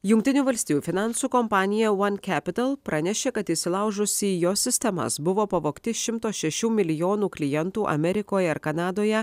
jungtinių valstijų finansų kompanija one capital pranešė kad įsilaužus į jos sistemas buvo pavogti šimto šešių milijonų klientų amerikoje ir kanadoje